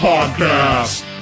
Podcast